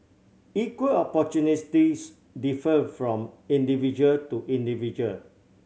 equal opportunities differ from individual to individual